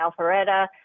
Alpharetta